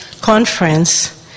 conference